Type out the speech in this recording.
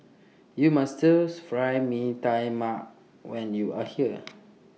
YOU must Stir Fried Mee Tai Mak when YOU Are here